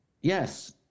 Yes